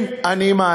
כן, אני מאשים.